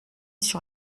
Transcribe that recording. sur